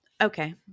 Okay